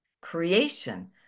Creation